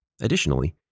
Additionally